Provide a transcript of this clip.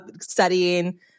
studying